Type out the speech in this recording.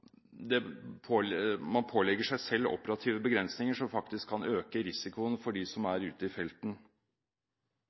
man pålegger seg selv operative begrensinger som faktisk kan øke risikoen for dem som er ute i felten.